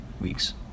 Weeks